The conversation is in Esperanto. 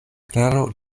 klaro